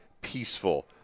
peaceful